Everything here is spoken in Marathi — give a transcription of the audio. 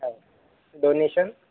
हो डोनेशन